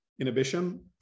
inhibition